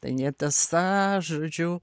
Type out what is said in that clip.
tai netiesa žodžiu